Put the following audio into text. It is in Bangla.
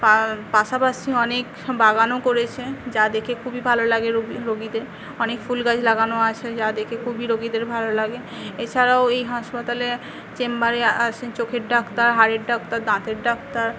পা পাশাপাশি অনেক বাগানও করেছে যা দেখে খুবই ভালো লাগে রু রুগীদের অনেক ফুল গাছ লাগানো আছে যা দেখে খুবই রোগীদের ভালো লাগে এছাড়াও এই হাসপাতালে চেম্বারে আছেন চোখের ডাক্তার হাড়ের ডাক্তার দাঁতের ডাক্তার